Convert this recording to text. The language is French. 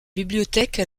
bibliothèque